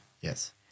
yes